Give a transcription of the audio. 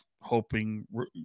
hoping